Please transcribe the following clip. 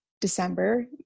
December